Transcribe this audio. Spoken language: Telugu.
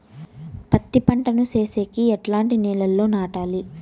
పత్తి పంట ను సేసేకి ఎట్లాంటి నేలలో నాటాలి?